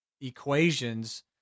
equations